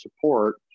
support